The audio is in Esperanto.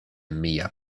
mia